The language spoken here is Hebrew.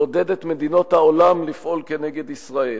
לעודד את מדינות העולם לפעול כנגד ישראל,